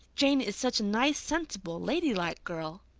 jane is such a nice, sensible, lady-like girl.